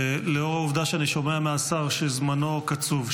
לאור העובדה שאני שומע מהשר שזמנו קצוב,